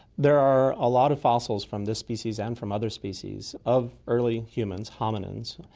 there are a lot of fossils from this species and from other species of early humans, hominines,